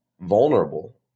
vulnerable